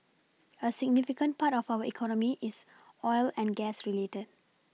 a significant part of our economy is oil and gas related